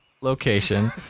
Location